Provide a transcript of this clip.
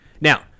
Now